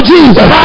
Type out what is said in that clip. Jesus